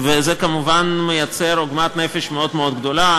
וזה כמובן מייצר עוגמת נפש מאוד מאוד גדולה.